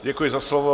Děkuji za slovo.